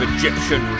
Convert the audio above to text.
Egyptian